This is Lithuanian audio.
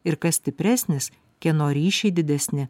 ir kas stipresnis kieno ryšiai didesni